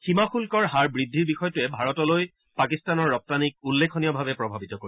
সীমা শুদ্ধৰ হাৰ বৃদ্ধিৰ বিষয়টোৱে ভাৰতলৈ পাকিস্তানৰ ৰপ্তানিক উল্লেখনীয়ভাৱে প্ৰভাৱিত কৰিব